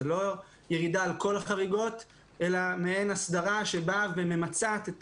זאת לא ירידה על כל החריגות אלא מעין הסדרה שבאה וממצעת את